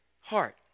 heart